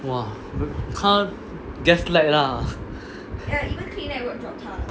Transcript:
!wah! 她 gaslight lah